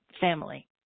family